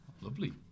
Lovely